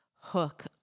hook